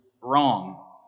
wrong